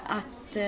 att